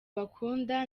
bakunda